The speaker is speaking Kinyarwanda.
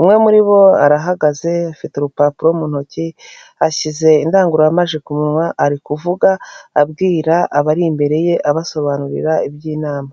umwe muri bo arahagaze afite urupapuro mu ntoki ashyize indangurumajwi ku munwa ari kuvuga abwira abari imbere ye abasobanurira iby'inama.